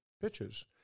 pitches